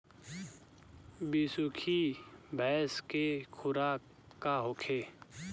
बिसुखी भैंस के खुराक का होखे?